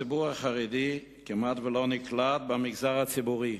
הציבור החרדי כמעט שלא נקלט במגזר הציבורי.